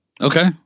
Okay